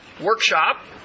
workshop